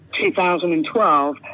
2012